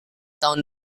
tahun